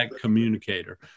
communicator